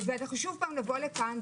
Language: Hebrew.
אנחנו צריכים להסתכל מנקודת המבט של המטופל.